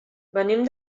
venim